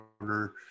order